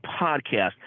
Podcast